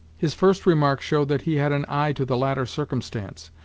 his first remark showed that he had an eye to the latter circumstance,